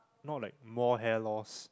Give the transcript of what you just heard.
not like more hair loss